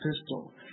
pistol